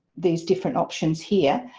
these different options here.